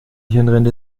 hirnrinde